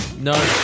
No